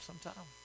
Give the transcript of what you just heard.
sometime